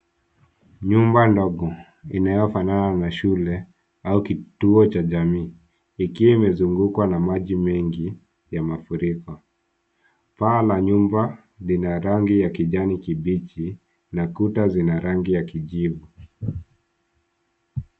Nyumba ndogo inayofanana na shule au kituo cha jamii, ikiwa imezungukwa na maji mengi ya mafuriko. Paa la nyumba lina rangi ya kijani kibichi na kuta zina rangi ya kijivu.